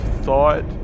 thought